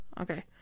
Okay